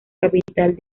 capital